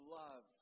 love